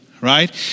right